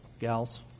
gals